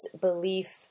belief